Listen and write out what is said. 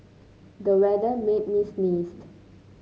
the weather made me sneezed